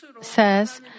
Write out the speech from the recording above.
says